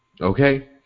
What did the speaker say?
okay